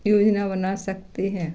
योजना बना सकते हैं